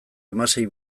hamasei